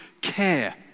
care